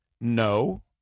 No